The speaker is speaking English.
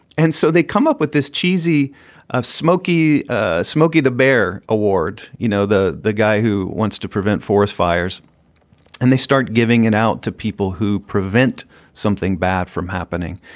and so they come up with this cheesy of smoky smokey the bear award. you know, the the guy who wants to prevent forest fires and they start giving it out to people who prevent something bad from happening.